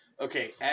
Okay